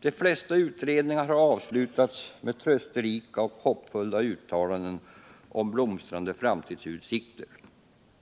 De flesta utredningar har avslutats med trösterika och hoppfulla uttalanden om blomstrande framtidsutsikter.